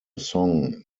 song